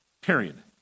period